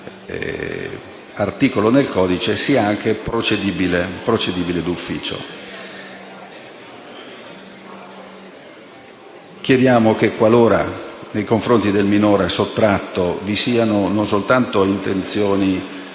articolo nel codice sia anche procedibile d'ufficio. Qualora nei confronti del minore sottratto vi siano non soltanto intenzioni